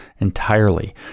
entirely